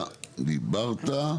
חנוך, אתה דיברת.